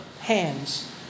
hands